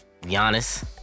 Giannis